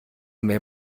mehr